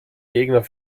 gegner